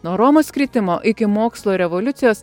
nuo romos kritimo iki mokslo revoliucijos